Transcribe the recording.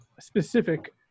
specific